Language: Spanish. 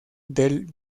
del